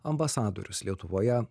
ambasadorius lietuvoje